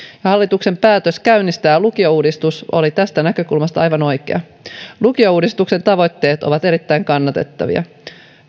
hallituksen päätös käynnistää lukiouudistus oli tästä näkökulmasta aivan oikea lukiouudistuksen tavoitteet ovat erittäin kannatettavia